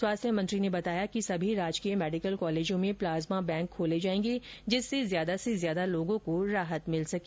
स्वास्थ्य मंत्री ने बताया कि सभी राजकीय मेडिकल कॉलेजों में प्लाज्मा बैंक खोले जाएंगे जिससे ज्यादा से ज्यादा लोगों को राहत मिल सके